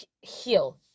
heal